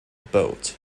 boat